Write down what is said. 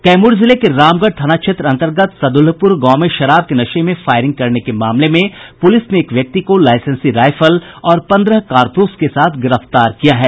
कैमूर जिले के रामगढ़ थाना क्षेत्र अंतर्गत सद्रल्हपूर गांव में शराब के नशे में फायरिंग करने के मामले में पुलिस ने एक व्यक्ति को लाईसेंसी रायफल और पंद्रह कारतूस के साथ गिरफ्तार किया है